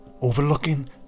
Overlooking